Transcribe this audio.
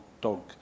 dog